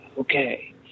okay